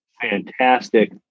fantastic